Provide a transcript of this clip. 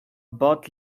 but